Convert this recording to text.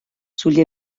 sugli